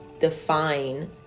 define